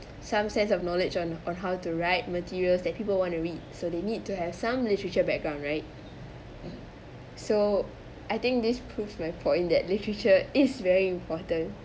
some sense of knowledge on on how to write materials that people want to read so they need to have some literature background right so I think this proves my point that literature is very important